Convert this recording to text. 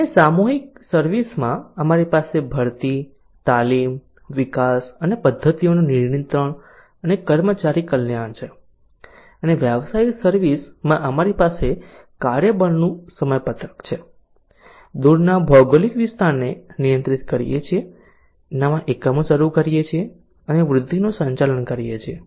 અને સામૂહિક સર્વિસ માં અમારી પાસે ભરતી તાલીમ વિકાસ અને પદ્ધતિઓનું નિયંત્રણ અને કર્મચારી કલ્યાણ છે અને વ્યાવસાયિક સર્વિસ માં અમારી પાસે કાર્યબળનું સમયપત્રક છે દૂરના ભૌગોલિક વિસ્તારને નિયંત્રિત કરીએ છીએ નવા એકમો શરૂ કરીએ છીએ અને વૃદ્ધિનું સંચાલન કરીએ છીએ